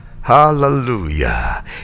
hallelujah